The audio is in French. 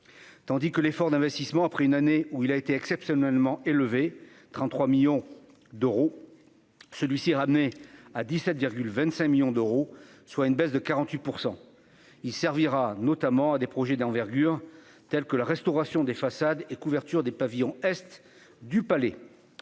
tandis que l'effort d'investissement après une année où il a été exceptionnellement élevé 33 millions d'euros, celui-ci, ramené à 17 25 millions d'euros, soit une baisse de 48 % il servira notamment à des projets d'envergure tels que la restauration des façades et couverture des pavillons Est-du palais